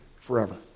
forever